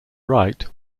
right